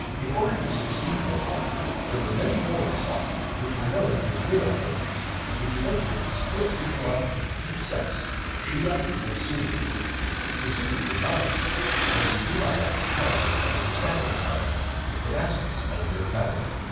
in order to succeed muhammad there were many wars fought which were known as ridda wars which eventually split islam into two sects shia and sunni the sunni were dominant and the yeah umayyad caliphate was established by them with damascus as their capital.